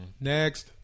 Next